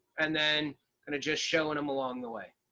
and then kind of just showing them along the way.